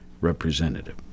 representative